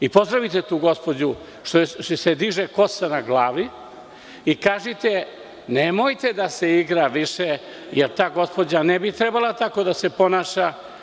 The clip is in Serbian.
I pozdravite tu gospođu što joj se diže kosa na glavi i kažite – nemojte da se igra više, jer ta gospođa ne bi trebalo tako da se ponaša.